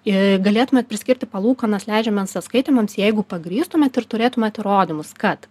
i galėtumėt priskirti palūkanas leidžiamiems atskaitymams jeigu pagrįstumėt ir turėtumėt įrodymus kad